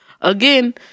Again